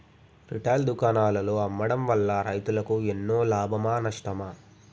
Retail దుకాణాల్లో అమ్మడం వల్ల రైతులకు ఎన్నో లాభమా నష్టమా?